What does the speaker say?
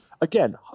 Again